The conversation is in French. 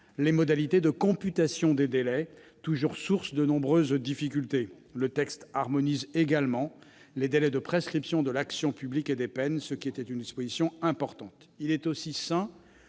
les modalités de computation des délais, toujours source de nombreuses difficultés. Le texte harmonise également les délais de prescription de l'action publique et des peines, ce qui est une disposition importante. Il est sain